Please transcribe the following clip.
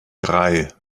drei